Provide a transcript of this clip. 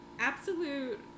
Absolute